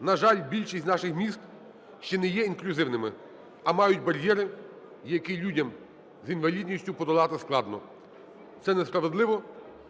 На жаль, більшість з наших міст ще не є інклюзивними, а мають бар'єри, які людям з інвалідністю подолати складно. Це несправедливо.